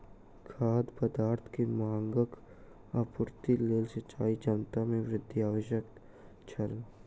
खाद्य पदार्थ के मांगक आपूर्तिक लेल सिचाई क्षमता में वृद्धि आवश्यक छल